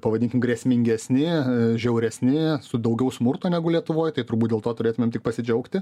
pavadinkim grėsmingesni žiauresni su daugiau smurto negu lietuvoj tai turbūt dėl to turėtumėm tik pasidžiaugti